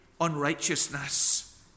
unrighteousness